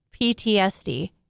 PTSD